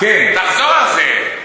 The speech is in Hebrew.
תחזור על זה.